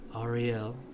Ariel